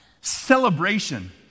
Celebration